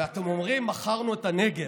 ואתם אומרים שמכרנו את הנגב.